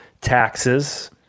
taxes